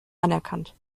anerkannt